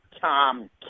Tom